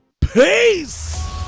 peace